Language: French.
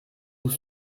vous